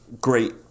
Great